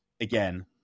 again